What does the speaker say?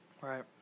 Right